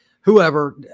whoever